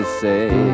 say